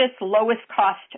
lowest-cost